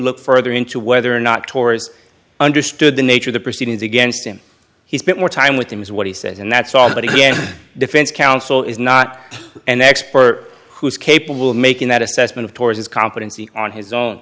look further into whether or not tours understood the nature of the proceedings against him he spent more time with them is what he says and that's all but he and defense counsel is not an expert who is capable of making that assessment toward his competency on his own